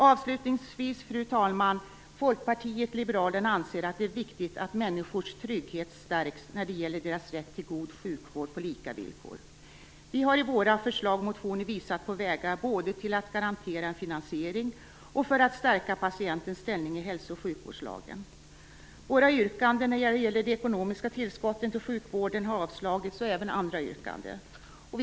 Avslutningsvis, fru talman, anser Folkpartiet liberalerna att det är viktigt att människors trygghet stärks när det gäller deras rätt till god sjukvård på lika villkor. Vi har i våra förslag och motioner visat på vägar både för att garantera en finansiering och för att stärka patientens ställning i hälso och sjukvården. Våra yrkanden när det gäller de ekonomiska tillskotten till sjukvården har avstyrkts, liksom andra yrkanden.